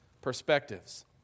perspectives